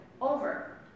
over